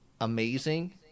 amazing